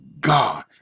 God